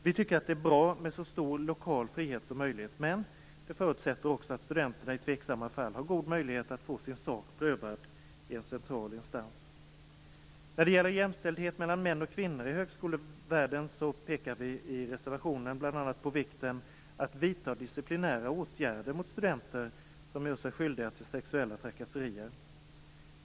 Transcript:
Vi tycker att det är bra med en så stor lokal frihet som möjligt, men det förutsätter också att studenterna i tveksamma fall har god möjlighet att få sin sak prövad i en central instans. När det gäller jämställdhet mellan män och kvinnor i högskolevärlden pekar vi i reservationen bl.a. på vikten att vidta disciplinära åtgärder mot studenter som gör sig skyldiga till sexuella trakasserier.